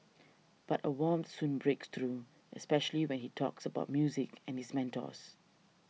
but a warmth soon breaks through especially when he talks about music and his mentors